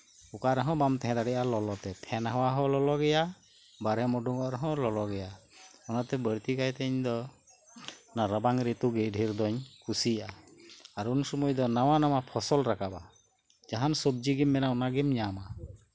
ᱚᱠᱟ ᱨᱮᱦᱚᱸ ᱵᱟᱢ ᱛᱟᱦᱮᱸ ᱫᱟᱲᱮᱭᱟᱜᱼᱟ ᱞᱚᱞᱚᱛᱮ ᱵᱟᱦᱨᱮᱢ ᱩᱰᱩᱠᱚᱜ ᱨᱮᱦᱚᱸ ᱞᱚᱞᱚ ᱜᱮᱭᱟ ᱚᱱᱟᱛᱮ ᱵᱟᱹᱲᱛᱤ ᱠᱟᱭᱛᱮ ᱤᱧ ᱫᱚ ᱨᱟᱵᱟᱝ ᱨᱤᱛᱩ ᱜᱮ ᱰᱷᱮᱨ ᱵᱚᱱ ᱠᱩᱥᱤᱭᱟᱜᱼᱟ ᱟᱨ ᱩᱱ ᱥᱚᱢᱚᱭ ᱫᱚ ᱱᱟᱣᱟ ᱯᱷᱚᱥᱚᱞ ᱨᱟᱠᱟᱵᱽ ᱡᱟᱦᱟᱱ ᱥᱚᱵᱡᱤ ᱜᱮᱢ ᱢᱮᱱᱟ ᱚᱱᱟ ᱜᱮᱢ ᱧᱟᱢᱟ